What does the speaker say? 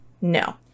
No